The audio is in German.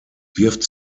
wirft